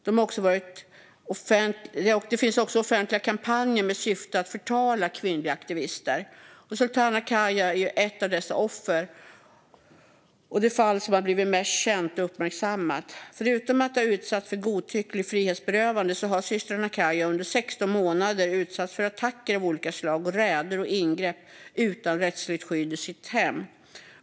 Det finns också offentliga kampanjer med syfte att förtala kvinnliga aktivister, och Sultana Khaya är ett av dessa offer och det fall som har blivit mest känt och uppmärksammat. Förutom att ha utsatts för godtyckligt frihetsberövande har systrarna Khaya under 16 månader utsatts för attacker av olika slag, som räder och ingrepp, utan rättsligt skydd i sitt hem.